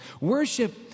Worship